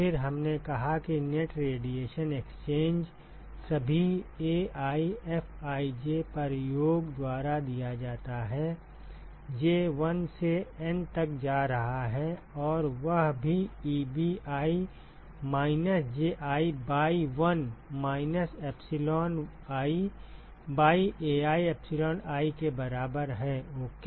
फिर हमने कहा कि नेट रेडिएशन एक्सचेंज सभी AiFij पर योग द्वारा दिया जाता है j 1 से N तक जा रहा है और वह भी Ebi minus Ji by 1 minus epsilon i by Ai epsilon i के बराबर है ओके